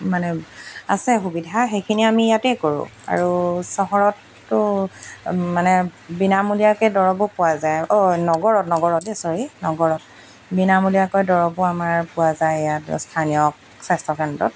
মানে আছে সুবিধা সেইখিনি আমি ইয়াতেই কৰোঁ আৰু চহৰতটো মানে বিনামূলীয়াকৈ দৰৱো পোৱা যায় ও নগৰত নগৰতে ছ'ৰি নগৰত বিনামূলীয়াকৈ দৰৱো আমাৰ পোৱা যায় ইয়াত স্থানীয় স্বাস্থ্য কেন্দ্ৰত